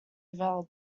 available